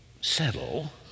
settle